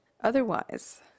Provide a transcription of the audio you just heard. otherwise